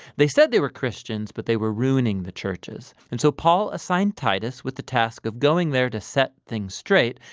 they said they were christians but they were ruining the churches. and so paul assigned titus with the task of going there to set things straight.